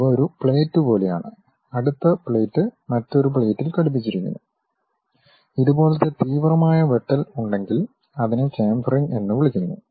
ഇവ ഒരു പ്ലേറ്റ് പോലെയാണ് അടുത്ത പ്ലേറ്റ് മറ്റൊരു പ്ലേറ്റിൽ ഘടിപ്പിച്ചിരിക്കുന്നു ഇതുപോലത്തെ തീവ്രമായ വെട്ടൽ ഉണ്ടെങ്കിൽ അതിനെ ചാംഫെറിംഗ് എന്ന് വിളിക്കുന്നു